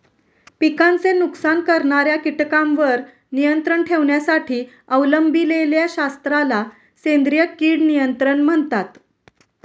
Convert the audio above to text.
पिकांचे नुकसान करणाऱ्या कीटकांवर नियंत्रण ठेवण्यासाठी अवलंबिलेल्या शास्त्राला सेंद्रिय कीड नियंत्रण म्हणतात